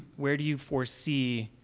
where do you foresee